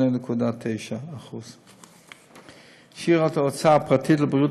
8.9%. שיעור ההוצאה הפרטית על בריאות